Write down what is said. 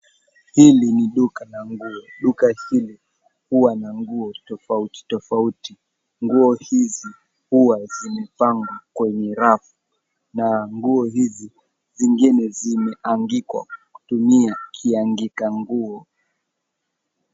Hili ni duka la nguo. Duka hili huwa na nguo tofauti tofauti. Nguo hizi huwa zimepangwa kwenye rafu na nguo hizi zingine zimeangikwa kutumia kiangika nguo.